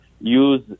use